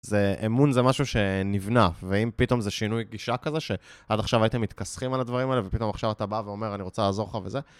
אמון זה משהו שנבנה, ואם פתאום זה שינוי גישה כזה שעד עכשיו הייתם מתכסחים על הדברים האלה ופתאום עכשיו אתה בא ואומר אני רוצה לעזור לך וזה